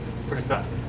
that's pretty fast.